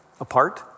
apart